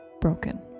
broken